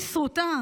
היא סרוטה.